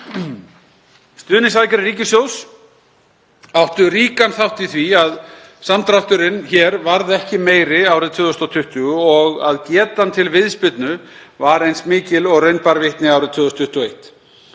Stuðningsaðgerðir ríkissjóðs áttu ríkan þátt í því að samdrátturinn varð ekki meiri árið 2020 og að getan til viðspyrnu var eins mikil og raun bar vitni árið 2021.